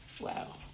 Wow